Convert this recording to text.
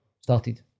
started